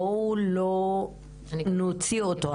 בואו לא נוציא אותו,